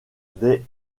des